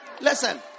Listen